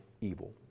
evil